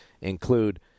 include